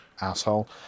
asshole